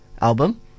album